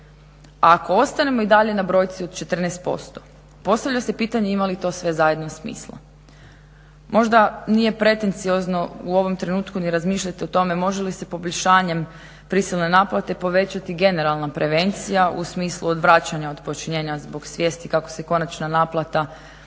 Ako ostanemo i dalje na brojci od 14% postavlja se pitanje ima li to sve zajedno smisla? Možda nije pretenciozno u ovom trenutku ni razmišljati o tome može li se poboljšanjem prisilne naplate povećati generalna prevencija u smislu odvraćanja od počinjenja zbog svijesti kako se konačna naplata novčane